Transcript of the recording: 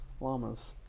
Llamas